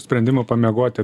sprendimo pamiegoti